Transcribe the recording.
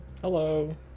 hello